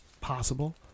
Possible